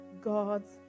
God's